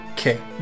Okay